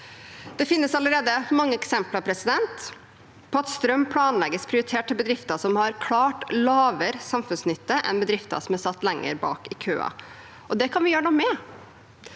Det finnes allerede mange eksempler på at strøm planlegges prioritert til bedrifter som har klart lavere samfunnsnytte enn bedrifter som er satt lenger bak i køen. Det kan vi gjøre noe med.